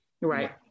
right